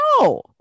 no